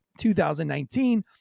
2019